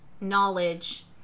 knowledge